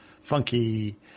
funky